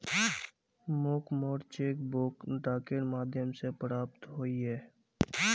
मोक मोर cheque book डाकेर माध्यम से प्राप्त होइए